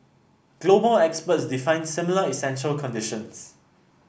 global experts define similar essential conditions